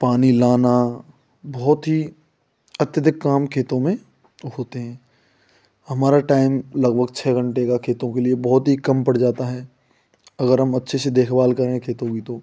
पानी लाना बहुत ही अत्यधिक काम खेतों में होते हैं हमारा टाइम लगभग छः घंटे का खेतों के लिए बहुत ही कम पड़ जाता है अगर हम अच्छे से देखभाल करें खेतों की तो